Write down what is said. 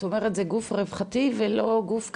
את אומרת זה גוף רווחתי ולא גוף כלכלי.